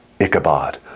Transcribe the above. Ichabod